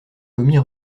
commis